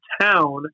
town